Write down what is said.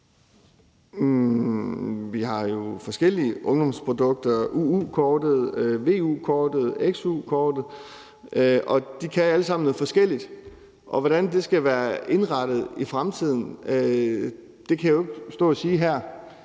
Vi har jo forskellige ungdomsprodukter. Der er UU-kortet, VU-kortet og XU-kortet, og de kan alle sammen noget forskelligt. Hvordan det skal være indrettet i fremtiden, kan jeg jo ikke stå og sige her,